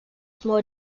more